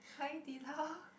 Hai-Di-Lao